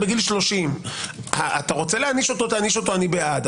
ירושה בגיל 30. אתה רוצה להעניש אותו אני בעד.